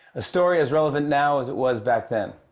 a story as relevant now as it was back then.